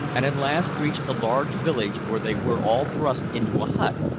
and at last reached a large village where they were all thrust into a hut,